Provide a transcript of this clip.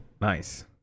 Nice